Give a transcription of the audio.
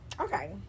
okay